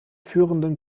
führenden